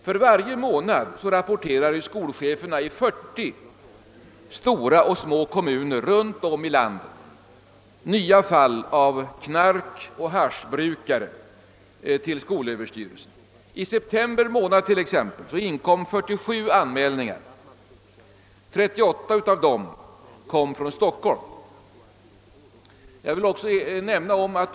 För varje månad rapporterar skolcheferna i 40 stora och små kommuner runt om i landet nya fall av knarkoch haschbrukare till skolöverstyrelsen. Under september månad inkom 47 anmälningar, av vilka 38 kom från Stockholm.